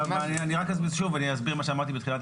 אני אבקש, ברשות הרב.